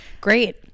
great